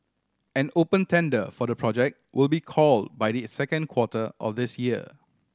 an open tender for the project will be call by the second quarter of this year